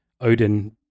Odin